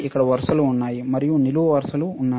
ఇక్కడ వరుసలు ఉన్నాయి మరియు నిలువు వరుసలు ఉన్నాయి